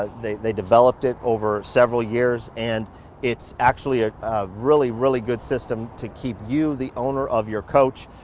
ah they they developed it over several years and it's actually ah a really, really good system to keep you, the owner of your coach,